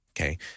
Okay